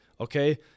Okay